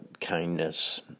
kindness